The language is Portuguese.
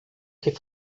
que